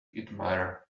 admire